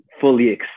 fully